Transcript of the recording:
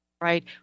right